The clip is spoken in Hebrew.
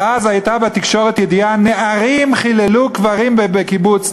ואז הייתה בתקשורת ידיעה: נערים חיללו קברים בקיבוץ.